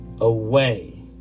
away